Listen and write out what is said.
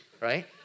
right